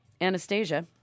Anastasia